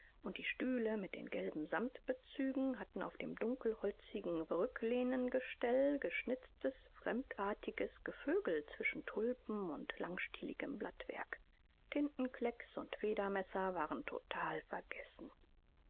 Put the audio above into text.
und die stühle mit den gelben samtbezügen hatten auf dem dunkelholzigen rücklehnengestell geschnitztes fremdartiges gevögel zwischen tulpen und langstieligem blattwerk tintenklecks und federmesser waren total vergessen